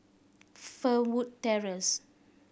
Fernwood Terrace